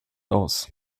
aus